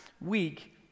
week